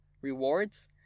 rewards